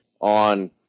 on